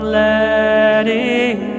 letting